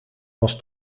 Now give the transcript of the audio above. was